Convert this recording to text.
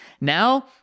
Now